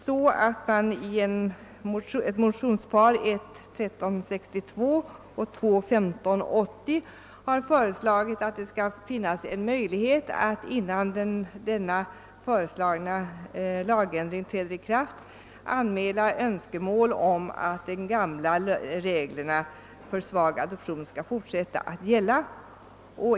I motionsparet 1I1:1362 och II: 1580 har sålunda föreslagits att det skall finnas en möjlighet att innan den föreslagna lagändringen träder i kraft anmäla önskemål om att de gamla reglerna för svag adoption skall fortsätta att gälla.